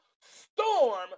storm